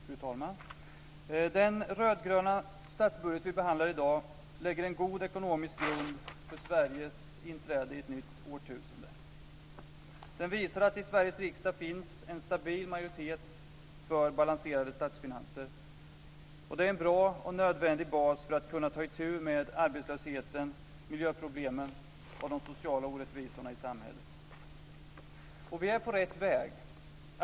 Fru talman! Den rödgröna statsbudget vi behandlar i dag lägger en god ekonomisk grund för Sveriges inträde i ett nytt årtusende. Den visar att det i Sveriges riksdag finns en stabil majoritet för balanserade statsfinanser, och det är en bra och nödvändig bas för att kunna ta itu med arbetslösheten, miljöproblemen och de sociala orättvisorna i samhället. Och vi är på rätt väg.